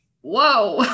whoa